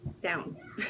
down